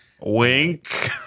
wink